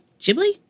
ghibli